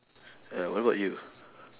ya what about you